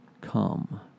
come